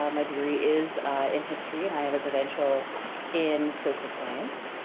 um my degree is in history and i have a credential in social science.